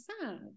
sad